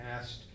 asked